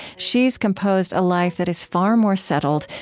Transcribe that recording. she's composed a life that is far more settled,